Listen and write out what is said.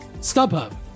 StubHub